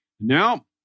Now